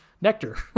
nectar